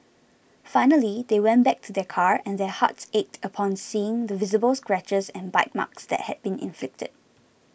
finally they went back to their car and their hearts ached upon seeing the visible scratches and bite marks that had been inflicted